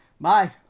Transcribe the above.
Bye